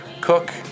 Cook